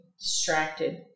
distracted